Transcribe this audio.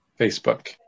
Facebook